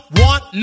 want